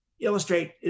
illustrate